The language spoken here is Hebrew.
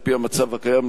על-פי המצב הקיים,